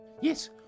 Yes